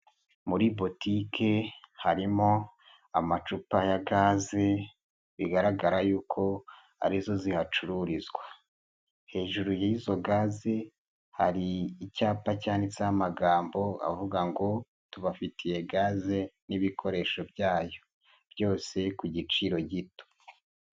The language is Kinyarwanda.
Muri botike harimo amacupa ya gaze bigaragara yuko ari zo zihacururizwa, hejuru y'izo gaze hari icyapa cyanditseho amagambo avuga ngo: "Tubafitiye gaze n'ibikoresho byayo, byose ku giciro gito".